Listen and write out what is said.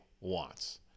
wants